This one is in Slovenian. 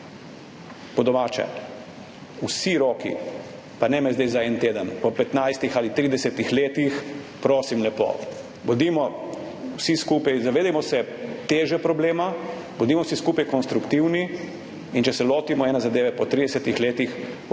Po domače, vsi roki, pa ne me zdaj za en teden po 15 ali 30 letih, prosim lepo, zavedajmo se teže problema, bodimo vsi skupaj konstruktivni in če se lotimo ene zadeve po 30 letih, bomo